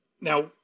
Now